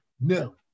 No